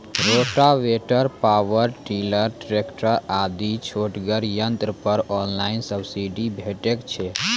Rotavator, power tiller, tractor आदि छोटगर यंत्र पर ऑनलाइन सब्सिडी भेटैत छै?